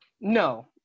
no